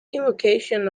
invocation